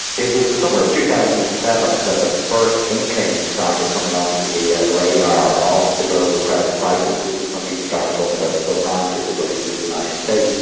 it was the summer of two thousand and seven that the first inklings started coming onto the yeah the radar of the global credit crisis, this is when people started talking ah about sub-prime difficulties in the united states.